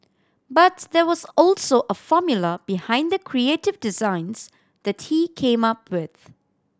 but there was also a formula behind the creative designs that he came up with